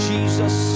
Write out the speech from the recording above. Jesus